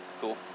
cool